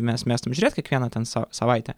mes mėgstam žiūrėt kiekvieną ten sa savaitę